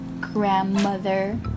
grandmother